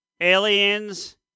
Aliens